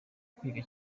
kwiga